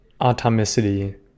atomicity